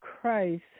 Christ